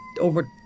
over